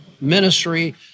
ministry